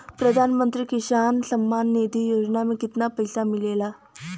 प्रधान मंत्री किसान सम्मान निधि योजना में कितना पैसा मिलेला?